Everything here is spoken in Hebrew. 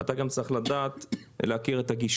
אתה גם צריך להכיר את הגישה.